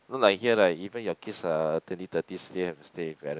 not like here like even your kids are twenty thirties still have to stay with parent